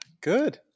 Good